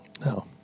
no